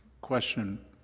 question